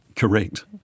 Correct